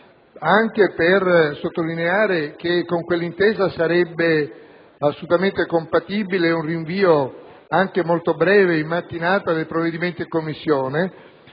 anche per sottolineare che con quell'intesa sarebbe assolutamente compatibile un rinvio anche molto breve, in mattinata, del provvedimento in Commissione,